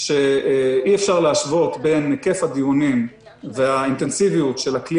שאי אפשר להשוות בין היקף הדיונים והאינטנסיביות של הכלי